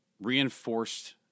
reinforced